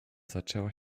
zaczęła